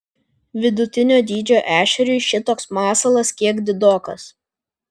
vidutinio dydžio ešeriui šitoks masalas kiek didokas